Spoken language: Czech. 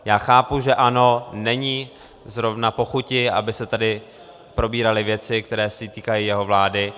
Já chápu, že ANO není zrovna po chuti, aby se tady probíraly věci, které se týkají jeho vlády.